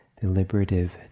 deliberative